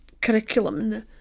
curriculum